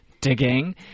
digging